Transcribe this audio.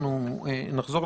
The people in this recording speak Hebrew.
שמירת